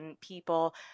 people